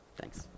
Thanks